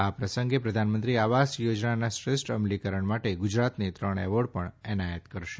આ પ્રસંગે પ્રધાનમંત્રી આવાસ યોજનાના શ્રેષ્ઠ અમલીકરણ માટે ગુજરાતને ત્રણ એવોર્ડ પણ એનાયત કરાશે